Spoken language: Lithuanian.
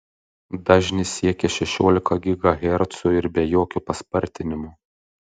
dažnis siekia šešiolika gigahercų ir be jokio paspartinimo